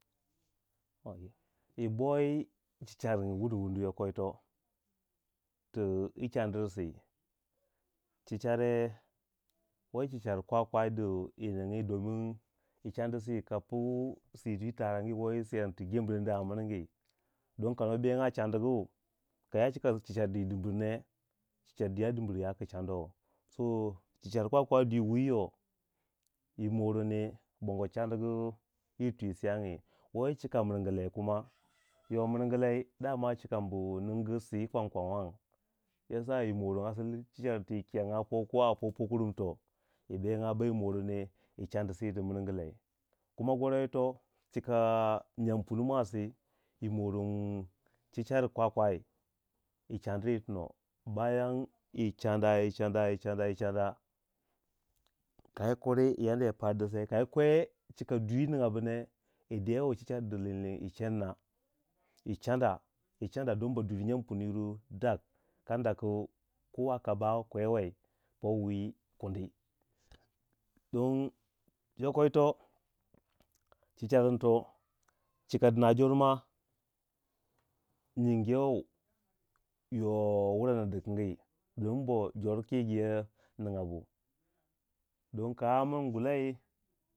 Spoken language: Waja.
yi boyi chicharing wundu wundu yoko yituwo, tu yi chandir sii chichare, wo yi chichar kwa- kwa do ninigyi domin yi chanisi kapu sidi tarangyi buri woyi siyangi ti germeni a miringi don kano benga chanungu kaya cika cicar di dimbr ne, cicar di ya dimir yaku canou. so chinchar kwakwa di wiyo yi more ne abongo chanugu yir twi siyangyi wo yi chika miringu lei kuma yo miringulei cikanmbu ningu sii kwang kwang wang ciyasa yi moron asalin cicarin uo yi kiyanga po pokorung to yi ben gai bbai moroni yi chani si di miring lei, kuma goro yito, cika nyang pun mwasi yi moron cicar kwakwai, yi chandir yitono. bayan yi chanda yi chanda yi chanda kayi kuri in yana yi paddisei, kai kwei cika dwi nigan bune yi de wei chichar di lillin yi chana din baduyir nyanpunu yir dak, kadda ku kowa ka bawai kwewei powi kundi, don yoko yito chicharinto, cika dina jor ma, nyingiyou yo wurai dikingi don bo jor kigiyei ninga bu, don ka amin gulai.